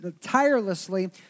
tirelessly